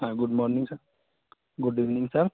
ہاں good morning sir good evening سر